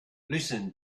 listen